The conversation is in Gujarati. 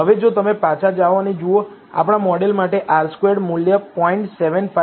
હવે જો તમે પાછા જાઓ અને જુઓ આપણા મોડેલ માટે R સ્ક્વેર્ડ મૂલ્ય 0